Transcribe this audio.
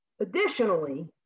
Additionally